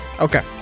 Okay